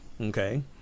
okay